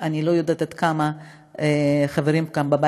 אני לא יודעת עד כמה החברים כאן,